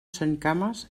centcames